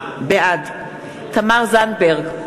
בעד תמר זנדברג,